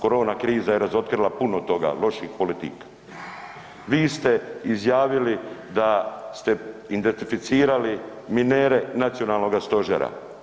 Korona kriza je razotkrila puno toga, loših politika, vi ste izjavili da ste identificirali minere Nacionalnoga stožera.